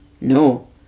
No